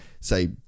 say